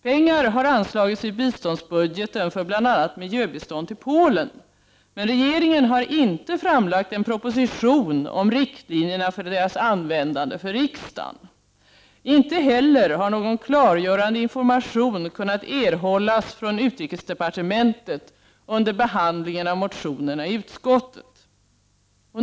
Pengar har anslagits ur biståndsbudgeten för bl.a. miljöbistånd till Polen, men regeringen har inte framlagt en proposition för riksdagen om riktlinjerna för deras användande. Inte heller har någon klargörande information kunnat erhållas från utrikesdepartementet under behandlingen av motionerna i utskottet.